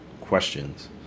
questions